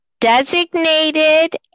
designated